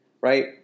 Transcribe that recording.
right